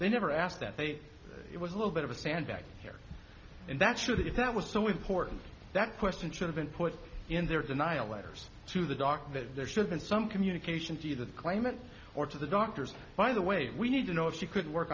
they never asked that they it was a little bit of a stand back here and that's true that if that was so important that question should have been put in their denial letters to the doctor that there should been some communications either the claimant or to the doctors by the way we need to know if she could work